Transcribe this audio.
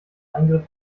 eingriff